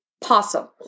possum